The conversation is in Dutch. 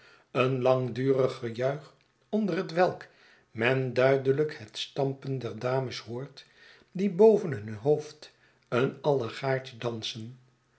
een langdurig gejuich onder hetwelk men duidelijk het stampen der dames hoort die boven hun hoofd een allegaartje dansen